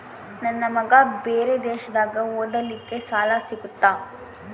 ನನ್ನ ಮಗ ಬೇರೆ ದೇಶದಾಗ ಓದಲಿಕ್ಕೆ ಸಾಲ ಸಿಗುತ್ತಾ?